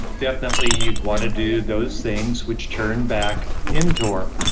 definitely you'd want to do those things which turn back mtor.